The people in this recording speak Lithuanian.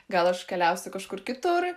gal aš keliausiu kažkur kitur